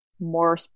more